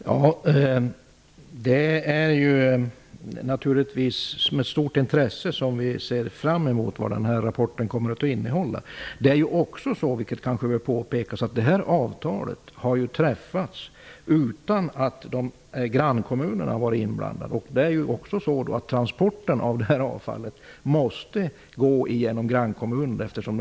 Fru talman! Det är naturligtvis med stort intresse vi ser fram emot vad rapporten kommer att innehålla. Det kanske också bör påpekas att avtalet har träffats utan att grannkommunerna har varit inblandade. Eftersom kommunen ligger i inlandet måste transporten av avfallet gå genom grannkommunerna.